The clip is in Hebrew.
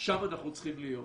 שם אנחנו צריכים להיות,